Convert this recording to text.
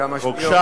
כמה שניות.